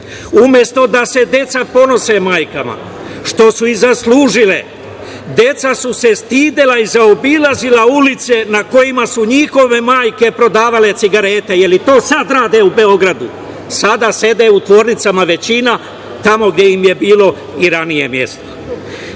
Umesto da se deca ponose majkama, što su i zaslužile, deca su se stidela i zaobilazila ulice na kojima su njihove majke prodavale cigarete. Jel to sada rade u Beogradu? Sada sede u tvornicama većina, tamo gde im je bilo i ranije mesto.